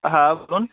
হ্যাঁ বলুন